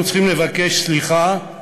אנחנו צריכים לבקש סליחה על